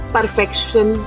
Perfection